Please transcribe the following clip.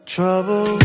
Trouble